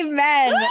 Amen